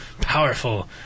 powerful